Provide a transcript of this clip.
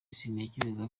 sintekereza